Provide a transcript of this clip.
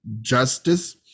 justice